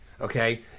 Okay